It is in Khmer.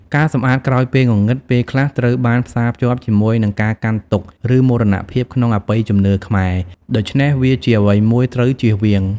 ការសម្អាតក្រោយពេលងងឹតពេលខ្លះត្រូវបានផ្សាភ្ជាប់ជាមួយនឹងការកាន់ទុក្ខឬមរណភាពក្នុងអបិយជំនឿខ្មែរ ដូច្នេះ វាជាអ្វីមួយត្រូវចៀសវាង។